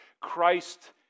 Christ